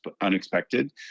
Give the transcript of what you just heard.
unexpected